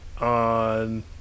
on